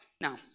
Now